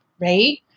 right